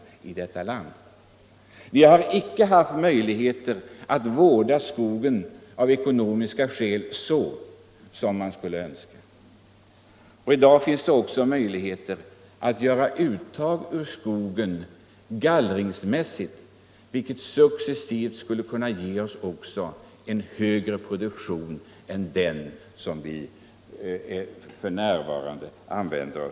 Vi har av ekonomiska skäl icke haft möjligheter att vårda skogen så som man skulle önska. I dag finns möjligheter att göra uttag ur skogen gallringsmässigt, vilket successivt skulle kunna ge en högre produktion än den vi f.n. har.